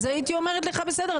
אז הייתי אומרת לך בסדר,